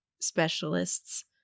specialists